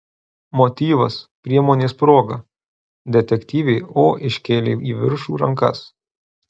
motyvas priemonės proga detektyvė o iškėlė į viršų rankas